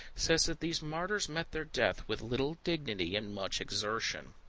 says that these martyrs met their death with little dignity and much exertion.